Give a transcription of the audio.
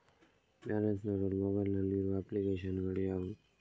Balance ನೋಡಲು mobile ನಲ್ಲಿ ಇರುವ ಅಪ್ಲಿಕೇಶನ್ ಗಳು ಯಾವುವು?